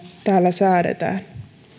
täällä säädetään